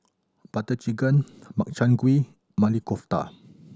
Butter Chicken Makchang Gui Maili Kofta